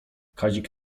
kazik